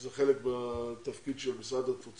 זה חלק מהתפקיד של משרד התפוצות,